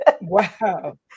Wow